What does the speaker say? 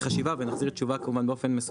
חשיבה ונחזיר כמובן תשובה באופן מסודר.